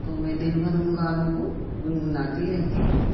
تو میں دن بھر ان گانوں کو گنگناتی رہتی ہوں